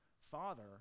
father